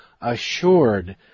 assured